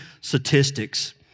statistics